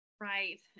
Right